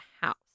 house